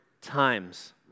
times